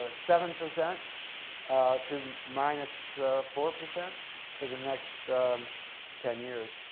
ah seven percent to minus four percent for the next ten years,